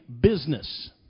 business